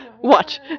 Watch